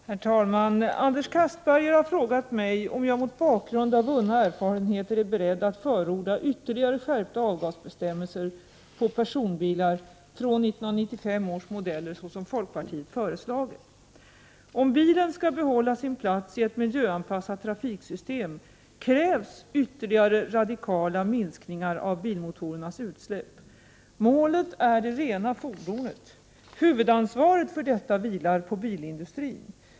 Herr talman! Anders Castberger har frågat mig om jag mot bakgrund av vunna erfarenheter är beredd att förorda ytterligare skärpta avgasbestämmelser för personbilar från 1995 års modeller såsom folkpartiet föreslagit. Om bilen skall behålla sin plats i ett miljöanpassat trafiksystem, krävs ytterligare radikala minskningar av bilmotorernas utsläpp. Målet är det rena fordonet. Huvudansvaret för detta vilar på bilindustrin.